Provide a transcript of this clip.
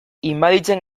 inbaditzen